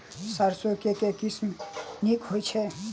सैरसो केँ के किसिम नीक होइ छै?